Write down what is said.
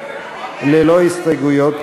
ללא הסתייגויות,